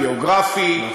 גיאוגרפי,